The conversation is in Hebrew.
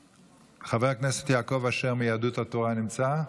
חבר הכנסת יעקב אשר מיהדות התורה נמצא?